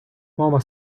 мова